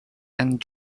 and